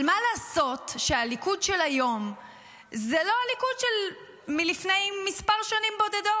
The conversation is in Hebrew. אבל מה לעשות שהליכוד של היום זה לא הליכוד של לפני כמה שנים אחדות.